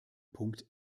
punkt